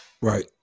right